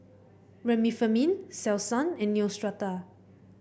Remifemin Selsun and Neostrata